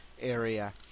area